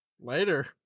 Later